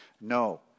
No